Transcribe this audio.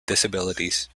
disabilities